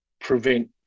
prevent